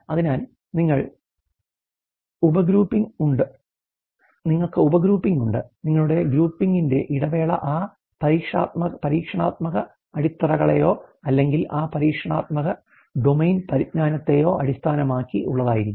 അതിനാൽ നിങ്ങൾക്ക് ഉപഗ്രൂപ്പിംഗ് ഉണ്ട് നിങ്ങളുടെ ഗ്രൂപ്പിംഗിന്റെ ഇടവേള ആ പരീക്ഷണാത്മക അടിത്തറകളെയോ അല്ലെങ്കിൽ ആ പരീക്ഷണാത്മക ഡൊമെയ്ൻ പരിജ്ഞാനത്തെയോ അടിസ്ഥാനമാക്കി യുള്ളതായിരിക്കും